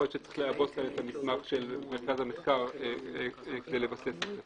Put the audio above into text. יכול להיות שצריך לעבות את המסמך של מרכז המחקר כדי לבסס את זה.